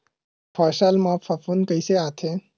फसल मा फफूंद कइसे आथे?